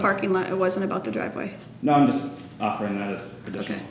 parking lot it wasn't about the driveway not just production